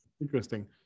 Interesting